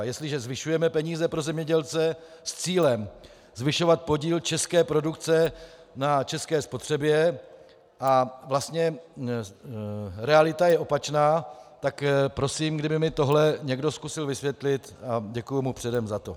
Jestliže zvyšujeme peníze pro zemědělce s cílem zvyšovat podíl české produkce na české spotřebě a vlastně realita je opačná, tak prosím, kdyby mi tohle někdo zkusil vysvětlit, a děkuji mu předem za to.